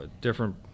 different